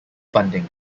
funding